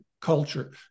culture